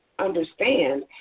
understand